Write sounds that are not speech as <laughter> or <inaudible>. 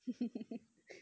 <laughs>